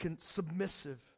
submissive